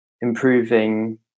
improving